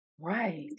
Right